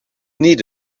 need